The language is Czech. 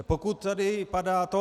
Pokud tady padá to...